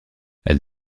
elle